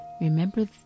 Remember